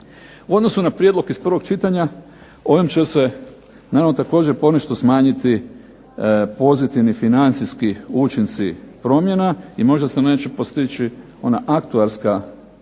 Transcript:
U odnosu na prijedlog iz prvog čitanja ovim će se naravno također ponešto smanjiti pozitivni financijski učinci promjena i možda se neće postići ona aktuarska